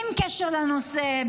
עם קשר לנושא,